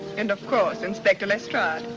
and, of course, inspector lestrade.